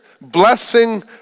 blessing